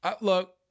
Look